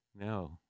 No